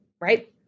right